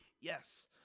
yes